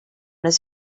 his